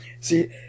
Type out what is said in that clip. See